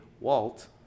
Walt